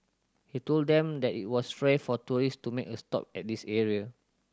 he told them that it was rare for tourist to make a stop at this area